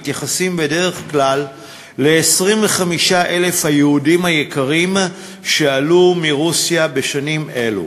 מתייחסים בדרך כלל ל-25,000 היהודים היקרים שעלו מרוסיה בשנים אלו